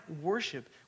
worship